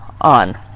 on